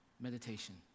Meditation